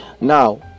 Now